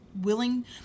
willing